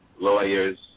lawyers